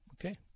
Okay